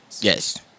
Yes